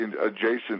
adjacent